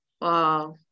Wow